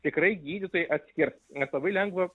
tikrai gydytojai atskirs nes labai lengva